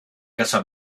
casa